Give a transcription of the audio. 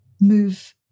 move